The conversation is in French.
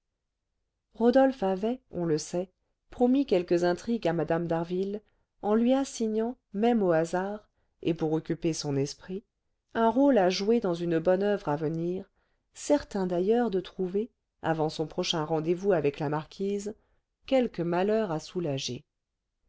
rodolphe avait on le sait promis quelques intrigues à mme d'harville en lui assignant même au hasard et pour occuper son esprit un rôle à jouer dans une bonne oeuvre à venir certain d'ailleurs de trouver avant son prochain rendez-vous avec la marquise quelque malheur à soulager